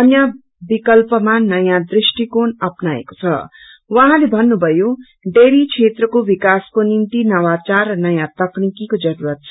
अन्य विकल्पमा नयाँ दृष्टिकोण अपनाएको छं उहाँले भन्नुभयो डेयरी क्षेत्रको विकासको निम्ति नवाचार र नयाँ तकनीकिको जरूरत छ